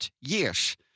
years